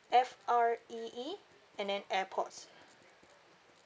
F R E E and then airpods